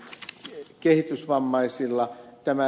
tämä ed